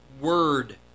Word